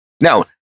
now